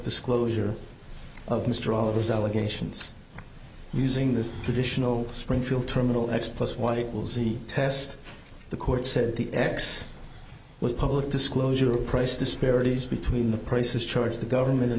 disclosure of mr all of these allegations using this traditional springfield terminal x plus what it will see test the court said the ex was public disclosure of price disparities between the prices charged the government and